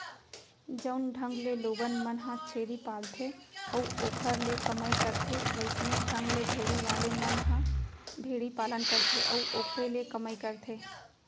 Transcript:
जउन ढंग ले लोगन मन ह छेरी पालथे अउ ओखर ले कमई करथे वइसने ढंग ले भेड़ी वाले मन ह भेड़ी पालन करथे अउ ओखरे ले कमई करथे